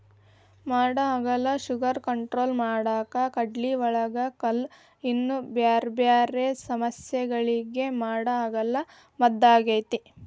ಮಾಡಹಾಗಲ sugar control ಮಾಡಾಕ, ಕಿಡ್ನಿಯೊಳಗ ಕಲ್ಲು, ಇನ್ನೂ ಬ್ಯಾರ್ಬ್ಯಾರೇ ಸಮಸ್ಯಗಳಿಗೆ ಮಾಡಹಾಗಲ ಮದ್ದಾಗೇತಿ